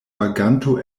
vaganto